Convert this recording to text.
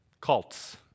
Cults